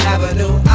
Avenue